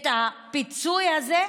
את הפיצוי הזה,